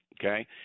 Okay